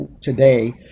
today